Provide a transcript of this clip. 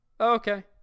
okay